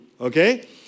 okay